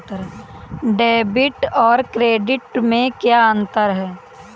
Debit और credit में क्या अंतर है?